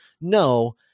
no